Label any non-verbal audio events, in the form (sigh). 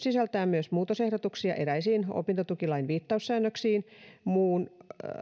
(unintelligible) sisältää myös muutosehdotuksia eräisiin opintotukilain viittaussäännöksiin muun